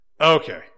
Okay